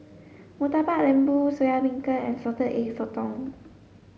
Murtabak Lembu Soya Beancurd and salted egg sotong